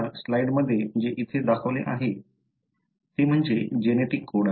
तर या स्लाइडमध्ये जे येथे दाखवले आहे ते म्हणजे जेनेटिक कोड